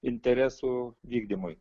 interesų vykdymui